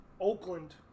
Oakland